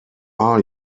are